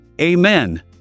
Amen